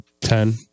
ten